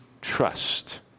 trust